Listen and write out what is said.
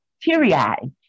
teary-eyed